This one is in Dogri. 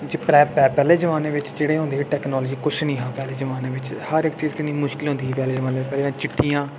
पेह्ले जमाने बिच जेह्ड़े होंदे हे टैक्नालोजी किश निं हा पैह्ले जमाने बिच हर इक चीज किन्नी मुश्कल होंदी ही पैह्ले जमाने बिच पैह्ले चिट्ठियां भेजनी